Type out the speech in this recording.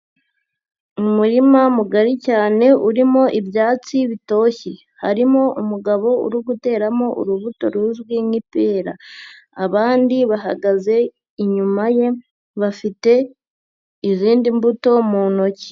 Umurima mugari cyane urimo ibyatsi bitoshye, harimo umugabo uri guteramo urubuto ruzwi nk'ipera, abandi bahagaze inyuma ye bafite izindi mbuto mu ntoki.